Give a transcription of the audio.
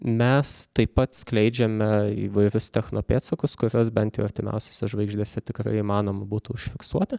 mes taip pat skleidžiame įvairūs techno pėdsakus kuriuos bent jau artimiausiose žvaigždėse tikrai įmanoma būtų užfiksuoti